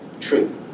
true